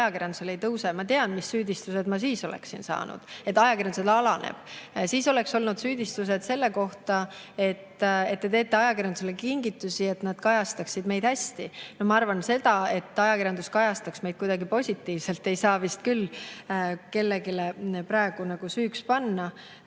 ajakirjandusel ei tõuse? Ma tean, mis süüdistused ma siis oleksin saanud, kui ajakirjanduse [käibemaks] oleks alanenud. Siis oleks olnud süüdistused selle kohta, et me teeme ajakirjandusele kingitusi, et nad kajastaksid meid hästi. Seda, et ajakirjandus kajastaks meid kuidagi positiivselt, ei saa vist küll praegu kellelegi süüks panna.